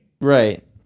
Right